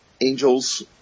angels